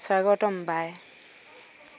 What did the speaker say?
স্বাগতম বাই